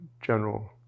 general